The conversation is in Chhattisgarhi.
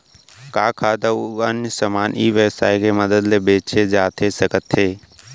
का खाद्य अऊ अन्य समान ई व्यवसाय के मदद ले बेचे जाथे सकथे?